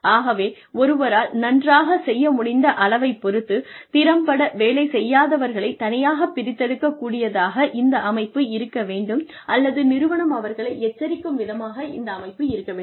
ஆகவே ஒருவரால் நன்றாகச் செய்ய முடிந்த அளவை பொறுத்து திறம்பட வேலை செய்யாதவர்களைத் தனியாகப் பிரித்தெடுக்கக் கூடியதாக இந்த அமைப்பு இருக்க வேண்டும் அல்லது நிறுவனம் அவர்களை எச்சரிக்கும் விதமாக இந்த அமைப்பு இருக்க வேண்டும்